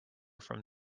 from